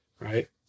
Right